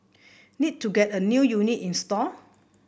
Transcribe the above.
need to get a new unit installed